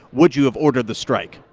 would you have ordered the strike?